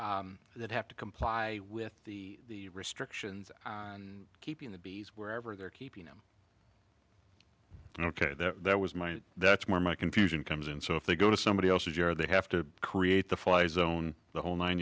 and that have to comply with the restrictions and keeping the bees wherever they're keeping them ok that was my that's more my confusion comes in so if they go to somebody else's yard they have to create the fly zone the whole nine